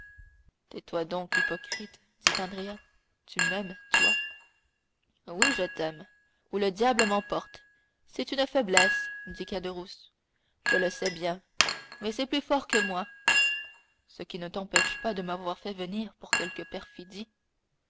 tais-toi donc hypocrite dit andrea tu m'aimes toi oui je t'aime ou le diable m'emporte c'est une faiblesse dit caderousse je le sais bien mais c'est plus fort que moi ce qui ne t'empêche pas de m'avoir fait venir pour quelque perfidie